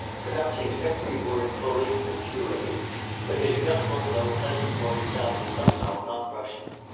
pronouncing every word fully and purely but his guttural though pleasant voice sounded somehow not russian.